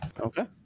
Okay